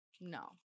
no